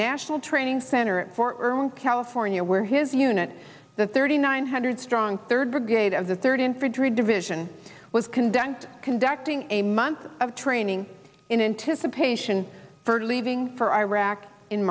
national training center at fort irwin california where his unit the thirty nine hundred strong third brigade of the third infantry division was condensed conducting a month of training in anticipation for leaving for iraq in